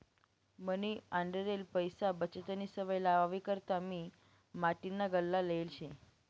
मनी आंडेरले पैसा बचतनी सवय लावावी करता मी माटीना गल्ला लेयेल शे